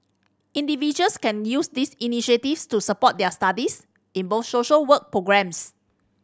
individuals can use these initiatives to support their studies in both social work programmes